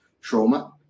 trauma